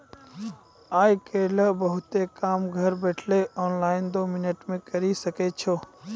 आय काइल बहुते काम घर बैठलो ऑनलाइन दो मिनट मे करी सकै छो